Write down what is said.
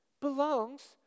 Belongs